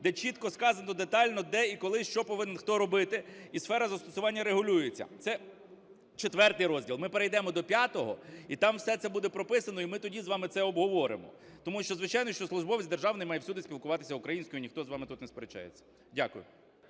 де чітко сказано, детально, де і коли, що повинен хто робити, і сфера застосування регулюється – це IV розділ. Ми перейдемо до V, і там все це буде прописано, і ми тоді з вами це обговоримо. Тому що, звичайно, що службовець державний має всюди спілкуватися українською, і ніхто з вами тут не сперечається. Дякую.